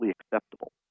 acceptable